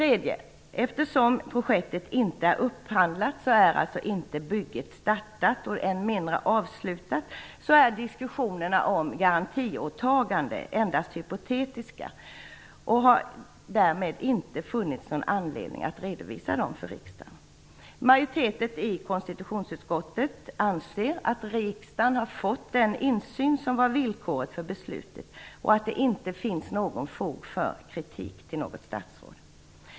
Eftersom projektet inte är upphandlat är bygget inte startat och än mindre avslutat, så diskussionerna om garantiåtagandet är endast hypotetiska, och det har därmed inte funnits någon anledning att redovisa dessa för riksdagen. Majoriteten i konstitutionsutskottet anser att riksdagen har fått den insyn som var villkoret för beslutet och att det inte finns någon fog för att rikta kritik mot något statsråd.